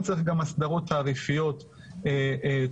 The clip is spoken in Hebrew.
כמובן, צריך גם הסדרות תעריפיות תומכות.